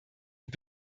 und